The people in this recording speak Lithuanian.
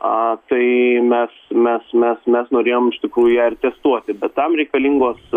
a tai mes mes mes mes norėjom iš tikrųjų ją ir testuoti bet tam reikalingos